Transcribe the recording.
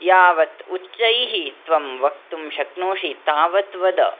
यावत् उच्चैः त्वं वक्तुं शक्नोषि तावद् वद